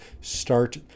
start